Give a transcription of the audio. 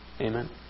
Amen